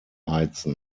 heizen